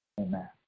Amen